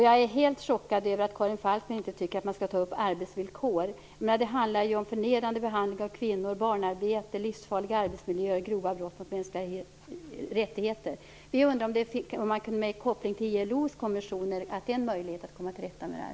Jag är helt chockad över att Karin Falkmer inte tycker att man skall ta upp frågan om arbetsvillkor, när det handlar om förnedrande behandling av kvinnor, barnarbete, livsfarliga arbetsmiljöer och grova brott mot mänskliga rättigheter. Finns det en möjlighet att komma till rätta med detta genom ILO:s konventioner?